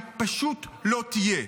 אם ישראל לא תהיה דמוקרטיה היא פשוט לא תהיה.